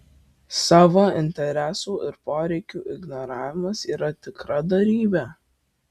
savo interesų ir poreikių ignoravimas yra tikra dorybė